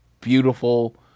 Beautiful